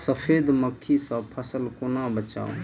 सफेद मक्खी सँ फसल केना बचाऊ?